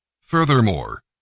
Furthermore